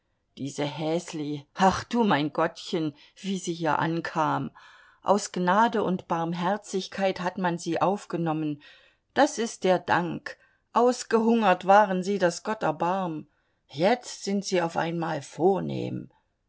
diese häsli ach du mein gottchen wie sie hier ankam aus gnade und barmherzigkeit hat man sie aufgenommen das ist der dank ausgehungert waren sie daß gott erbarm jetzt sind sie auf einmal vornehm